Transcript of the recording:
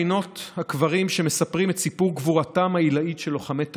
בינות הקברים שמספרים את סיפור גבורתם העילאית של לוחמי תש"ח,